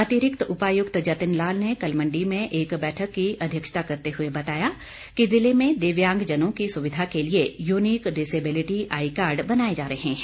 अतिरिक्त उपायुक्त जतिल लाल ने कल मंडी में एक बैठक की अध्यक्षता करते हुए बताया कि जिले में दिव्यांगजनों की सुविधा के लिए यूनीक डिसेबिलिटी आईडी कार्ड बनाए जा रहे हैं